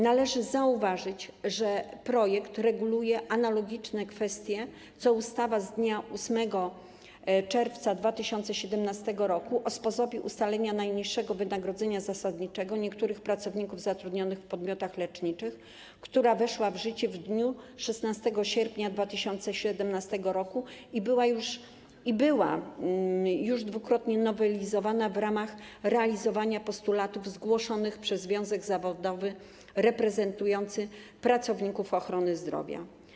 Należy zauważyć, że projekt reguluje analogiczne kwestie, co ustawa z dnia 8 czerwca 2017 r. o sposobie ustalania najniższego wynagrodzenia zasadniczego niektórych pracowników zatrudnionych w podmiotach leczniczych, która weszła w życie w dniu 16 sierpnia 2017 r. i była już dwukrotnie nowelizowana w ramach realizowania postulatów zgłoszonych przez związek zawodowy reprezentujący pracowników ochrony zdrowia.